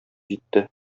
җитте